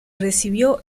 recibió